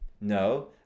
No